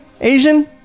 Asian